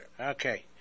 Okay